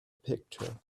picture